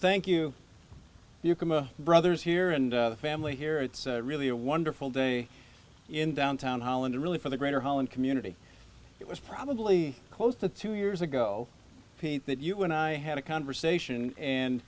thank you you can be brothers here and family here it's really a wonderful day in downtown holland really for the greater holland community it was probably close to two years ago pete that you and i had a conversation and